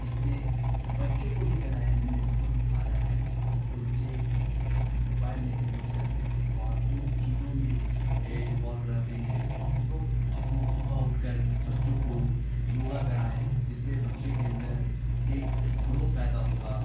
اس سے بچوں کو بھی کرانے میں بہت ہی فائدہ ہے جو بچے موبائل لے کے یوز کرتے ہیں فالتو چیزوں میں انوولو رہتے ہیں تو جت صبح اٹھ کر بچوں کو یوگا کرائیں جس سے بچے کے اندر ایک گروپ پیدا ہوگا